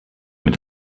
mit